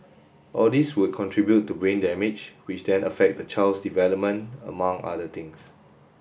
all these would contribute to brain damage which then affect the child's development among other things